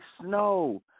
Snow